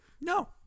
no